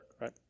right